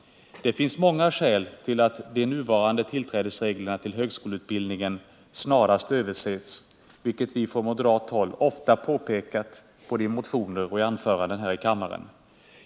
Det finns många skäl till att de nuvarande reglerna för tillträde till högskoleutbildning snarast bör överses, vilket vi från moderat håll ofta påpekat både i motioner och i anföranden här i kammaren.